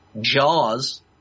Jaws